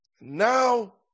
Now